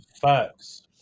facts